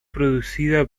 producida